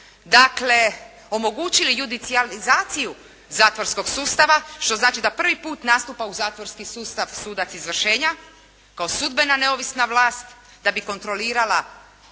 omogućili judicijalizaciju zatvorskog sustava što znači da prvi put nastupa u zatvorski sustav sudac izvršenja kao sudbena neovisna vlast da bi kontrolirala